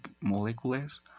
molecules